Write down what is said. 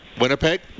Winnipeg